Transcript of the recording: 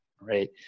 right